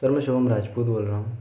sir मैं शिवम राजपूत बोल रहा हूँ